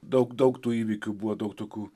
daug daug tų įvykių buvo daug tokių